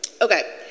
Okay